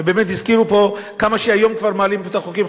ובאמת הזכירו פה כמה שהיום כבר מעלים פה את החוקים,